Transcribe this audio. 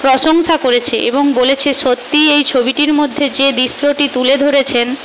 প্রশংসা করেছে এবং বলেছে সত্যিই এই ছবিটির মধ্যে যে দৃশ্যটি তুলে ধরেছেন